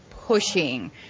pushing